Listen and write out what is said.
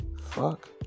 Fuck